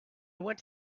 went